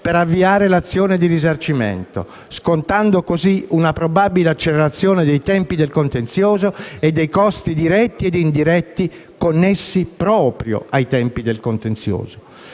per avviare l'azione di risarcimento, scontando così una probabile accelerazione dei tempi del contenzioso e dei costi diretti ed indiretti connessi proprio ai tempi del contenzioso.